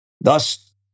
Thus